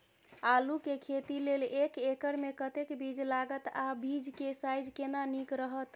आलू के खेती लेल एक एकर मे कतेक बीज लागत आ बीज के साइज केना नीक रहत?